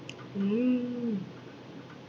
mm